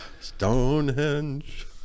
Stonehenge